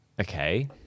Okay